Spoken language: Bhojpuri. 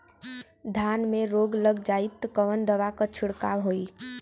धान में रोग लग जाईत कवन दवा क छिड़काव होई?